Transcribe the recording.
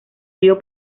río